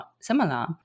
similar